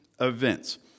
events